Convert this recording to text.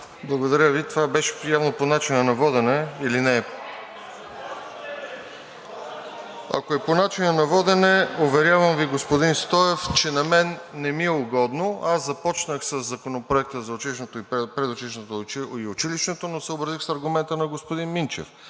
Благодаря Ви. Това беше по начина на водене или не? Ако е по начина на водене, уверявам Ви, господин Стоев, че на мен не ми е угодно. Започнах със Законопроекта за предучилищното и училищното образование, но се съобразих с аргумента на господин Минчев,